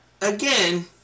again